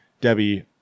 Debbie